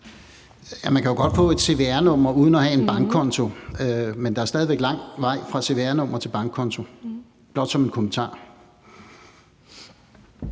Man kan jo godt få et cvr-nummer uden at have en bankkonto, men der er stadig væk lang vej fra cvr-nummer til bankkonto. Det er blot sagt som en kommentar.